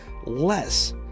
less